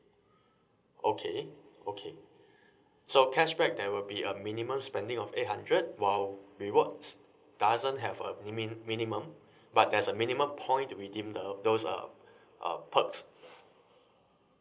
okay okay so cashback there will be a minimum spending of eight hundred while rewards doesn't have a min~ minimum but has a minimum point to redeem the those uh uh perks